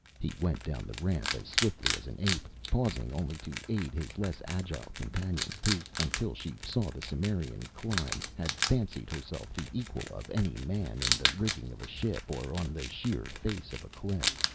he went down the ramp as swiftly as an ape, pausing only to aid his less agile companion, who, until she saw the cimmerian climb, had fancied herself the equal of any man in the rigging of a ship or on the sheer face of a cliff.